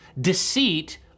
deceit